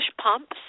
pumps